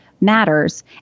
matters